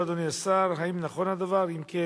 אדוני השר, רצוני לשאול: 1. האם נכון הדבר?